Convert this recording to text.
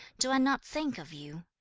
do i not think of you?